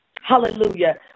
hallelujah